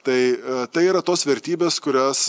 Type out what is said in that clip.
tai tai yra tos vertybės kurias